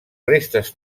restes